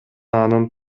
анын